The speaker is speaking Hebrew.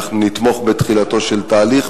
אנחנו נתמוך בתחילתו של תהליך,